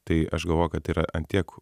tai aš galvoju kad yra ant tiek